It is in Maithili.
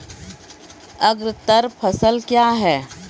अग्रतर फसल क्या हैं?